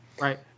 Right